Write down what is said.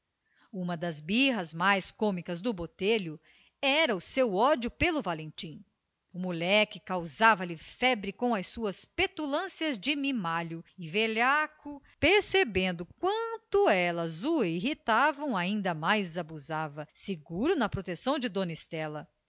uma das birras mais cômicas do botelho era o seu ódio pelo valentim o moleque causava-lhe febre com as suas petulâncias de mimalho e velhaco percebendo quanto elas o irritavam ainda mais abusava seguro na proteção de dona estela